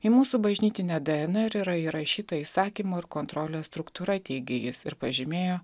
į mūsų bažnytinę dnr yra įrašyta įsakymo ir kontrolės struktūra teigė jis ir pažymėjo